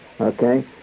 okay